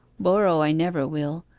borrow i never will.